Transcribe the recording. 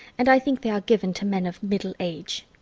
and i think they are given to men of middle age.